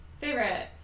Favorites